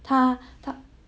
她她